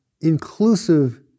inclusive